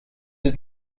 het